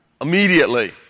immediately